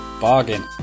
bargain